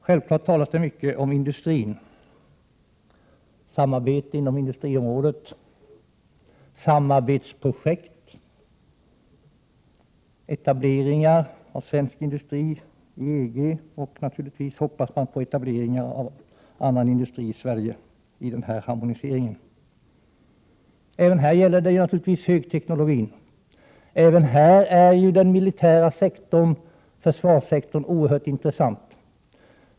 Självfallet talas det mycket om industrin, om samarbetsprojekt, etableringar av svensk industri inom EG, och naturligtvis hoppas man att harmoniseringsarbetet skall medföra att annan industri skall etableras i Sverige. Även här gäller det naturligtvis högteknologi. Även här är ju den militära sektorn, försvarssektorn, oerhört intressant.